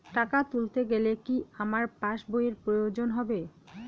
টাকা তুলতে গেলে কি আমার পাশ বইয়ের প্রয়োজন হবে?